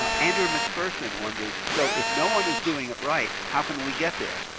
um andrew mcpherson wonders, so if no one is doing it right, how can we get there?